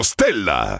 Stella